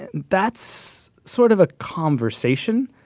and that's sort of a conversation,